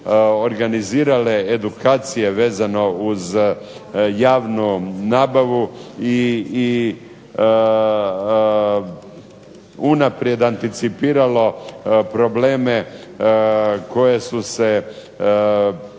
organizirale edukacije vezano uz javnu nabavu i unaprijed anticipiralo probleme koji su se